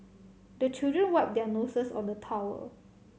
the children wipe their noses on the towel